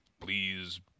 please